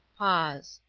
pause.